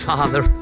Father